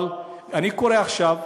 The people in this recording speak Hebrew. אבל אני קורא עכשיו,